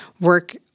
work